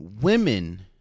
women